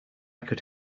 could